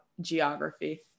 geography